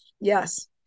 Yes